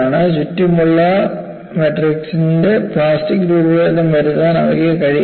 ചുറ്റുമുള്ള മാട്രിക്സിന്റെ പ്ലാസ്റ്റിക് രൂപഭേദം വരുത്താൻ അവയ്ക്ക് കഴിയില്ല